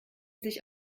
sich